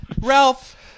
Ralph